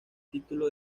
título